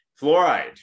Fluoride